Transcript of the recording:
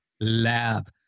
lab